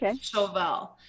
Chauvel